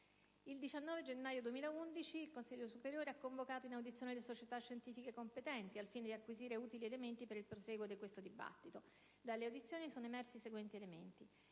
Il 19 gennaio 2011 il Consiglio superiore di sanità ha convocato in audizione le società scientifiche competenti, al fine di acquisire utili elementi per il prosieguo del dibattito così riaperto. Dalle audizioni sono emersi i seguenti elementi: